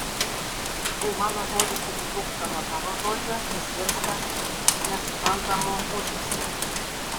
kai mano žodis atitrūksta nuo tavo žodžio jis virsta nesuprantamu ūžesiu